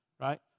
Right